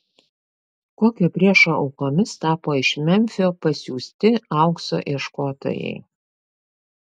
kokio priešo aukomis tapo iš memfio pasiųsti aukso ieškotojai